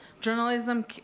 journalism